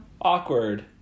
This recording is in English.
awkward